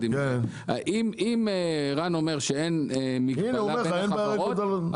אם רן אומר שאין מגבלה בין חברות,